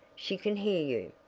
she can hear you!